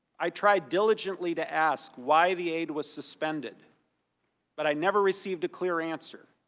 i tried diligently to ask why the aide was suspended but i never received a clear answer,